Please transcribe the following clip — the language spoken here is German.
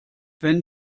wenn